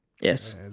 Yes